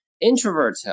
introvert